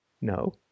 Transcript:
No